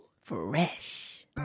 Fresh